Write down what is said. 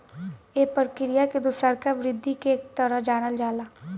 ए प्रक्रिया के दुसरका वृद्धि के तरह जानल जाला